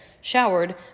showered